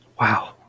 Wow